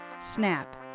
Snap